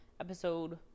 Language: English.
episode